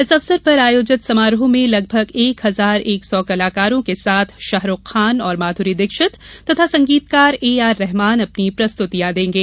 इस अवसर पर आयोजित समारोह में लगभग एक हजार एक सौ कलाकारों के साथ शाहरुख खान और माधुरी दीक्षित और संगीतकार ए आर रहमान अपनी प्रस्तुतियां देंगे